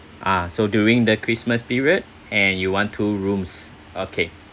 ah so during the christmas period and you want two rooms okay